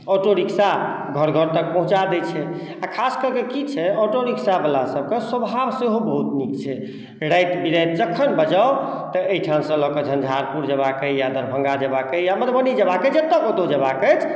auto rickshaw घर घर तक पहुँचा दै छै आओर खासकऽ के की छै ऑटो रिक्शावला सबके स्वभाव सेहो बहुत नीक छै राति बिराति जखन बजाउ तऽ एहिठामसँ लऽ कऽ झंझारपुर जेबाके अइ या दरभङ्गा जेबाके अइ या मधुबनी जेबाके अइ जतऽ कतहु जेबाके अछि